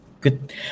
good